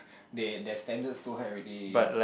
they their standards too high already